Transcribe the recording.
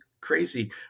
crazy